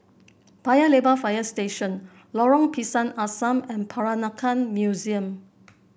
Paya Lebar Fire Station Lorong Pisang Asam and Peranakan Museum